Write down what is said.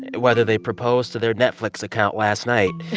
whether they proposed to their netflix account last night.